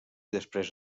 després